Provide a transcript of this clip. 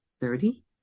Thirty